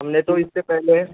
ہم نے تو اس سے پہلے